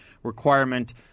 Requirement